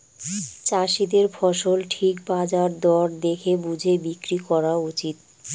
চাষীদের ফসল ঠিক বাজার দর দেখে বুঝে বিক্রি করা উচিত